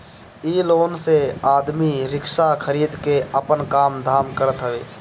इ लोन से आदमी रिक्शा खरीद के आपन काम धाम करत हवे